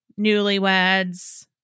newlyweds